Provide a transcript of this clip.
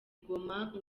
goma